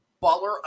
Butler